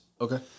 Okay